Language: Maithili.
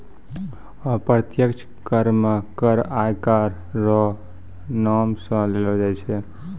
अप्रत्यक्ष कर मे कर आयकर रो नाम सं लेलो जाय छै